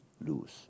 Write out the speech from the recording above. lose